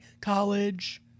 college